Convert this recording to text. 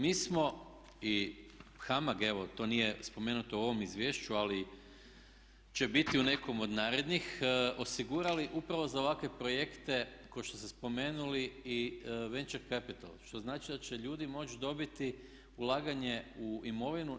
Mi smo i HAMAG, evo to nije spomenuto u ovom izvješću, ali će biti u nekom od narednih, osigurali upravo za ovakve projekte kao što ste spomenuli i … što znači da će ljudi moći dobiti ulaganje u imovinu.